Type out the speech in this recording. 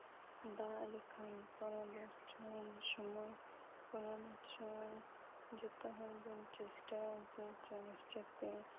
ᱫᱟᱜ ᱞᱮᱠᱷᱟᱱ ᱯᱚᱨᱮᱨ ᱵᱚᱪᱷᱚᱨ ᱡᱚᱛᱚ ᱦᱚᱲ ᱵᱚᱱ ᱪᱮᱥᱴᱟ ᱭᱟ ᱡᱮ ᱪᱟᱥ ᱡᱟᱛᱮᱱ